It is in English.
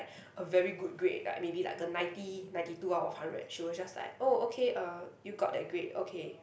a very good grade like maybe like a ninety ninety two out of hundred she were just like oh okay uh you got that grade okay